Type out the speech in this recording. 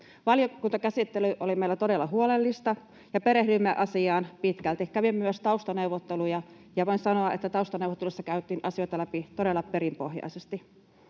Valiokuntakäsittely oli meillä todella huolellista, ja perehdyimme asiaan pitkälti. Kävin myös taustaneuvotteluja, ja voin sanoa, että taustaneuvotteluissa käytiin asioita läpi todella perinpohjaisesti.